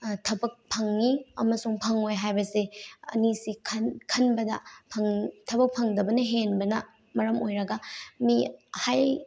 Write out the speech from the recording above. ꯊꯕꯛ ꯐꯪꯉꯤ ꯑꯃꯁꯨꯡ ꯐꯪꯉꯣꯏ ꯍꯥꯏꯕꯁꯦ ꯑꯅꯤꯁꯤ ꯈꯟꯕꯗ ꯊꯕꯛ ꯐꯪꯗꯕꯅ ꯍꯦꯟꯕꯅ ꯃꯔꯝ ꯑꯣꯏꯔꯒ ꯃꯤ ꯍꯥꯏ